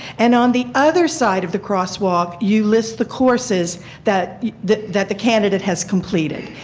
and on the other side of the crosswalk, you list the courses that the that the candidate has completed.